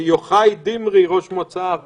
יוחאי דימרי, ראש מועצת הר חברון.